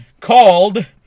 called